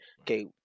Okay